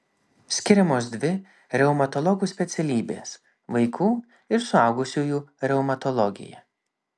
skiriamos dvi reumatologų specialybės vaikų ir suaugusiųjų reumatologija